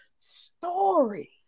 story